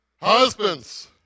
husbands